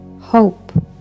hope